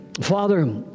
Father